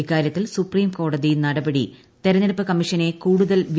ഇക്കാര്യത്തിൽ സുപ്രീംകോടതി നടപടി തെരഞ്ഞെടുപ്പ് കമ്മീഷനെ കൂടുതൽ വി